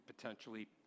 potentially